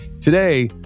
Today